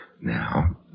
Now